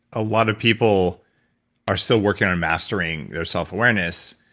a lot of people are still working on mastering their self-awareness,